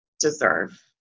deserve